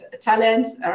talents